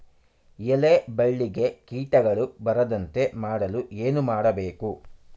ಎಲೆ ಬಳ್ಳಿಗೆ ಕೀಟಗಳು ಬರದಂತೆ ಮಾಡಲು ಏನು ಮಾಡಬೇಕು?